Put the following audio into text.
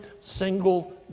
single